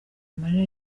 amarira